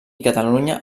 catalunya